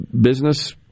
business